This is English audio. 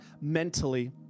mentally